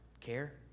care